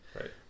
Right